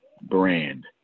brand